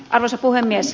arvoisa puhemies